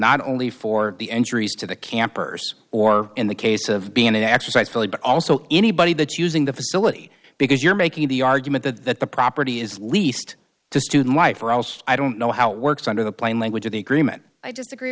not only for the entries to the campers or in the case of being exercised early but also anybody that using the facility because you're making the argument that that the property is leased to student life or else i don't know how it works under the plain language of the agreement i disagree